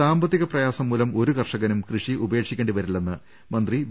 സാമ്പത്തിക പ്രയാസം മൂലം ഒരു കർഷകനും കൃഷി ഉപേക്ഷിക്കേണ്ടി വരില്ലെന്ന് മന്ത്രി വി